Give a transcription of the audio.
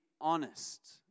honest